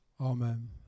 Amen